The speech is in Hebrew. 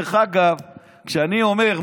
כשאני אומר,